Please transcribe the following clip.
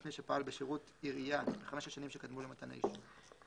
מי שפעל בשירות עירייה בחמש השנים שקדמו למתן האישור,